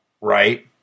right